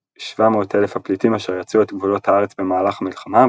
כ-700,000 הפליטים אשר יצאו את גבולות הארץ במהלך המלחמה,